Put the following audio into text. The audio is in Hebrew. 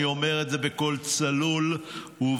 אני אומר את זה בקול צלול וברור.